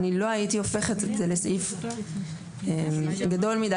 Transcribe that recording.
אני לא הייתי הופכת את זה לסעיף גדול מידי